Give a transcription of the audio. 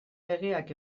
legeak